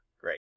Great